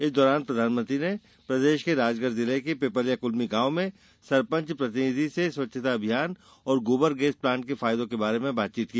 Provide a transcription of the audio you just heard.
इस दौरान प्रधानमंत्री ने प्रदेश के राजगढ़ जिले के पिपल्या क्ल्मी गांव में सरपंच प्रतिनिधि से स्वच्छता अभियान और गौबर गैस प्लांट के फायदों के बारे में बात की